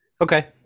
okay